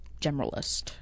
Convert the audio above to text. generalist